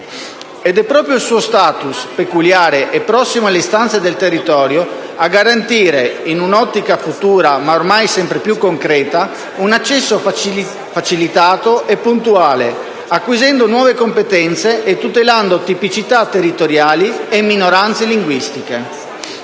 Ed è proprio il suo *status*, peculiare e prossimo alle istanze del territorio, a garantire - in un'ottica futura, ma ormai sempre più concreta - un accesso facilitato e puntuale, acquisendo nuove competenze e tutelando tipicità territoriali e minoranze linguistiche.